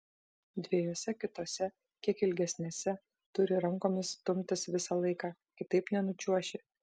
dviejose kitose kiek ilgesnėse turi rankomis stumtis visą laiką kitaip nenučiuoši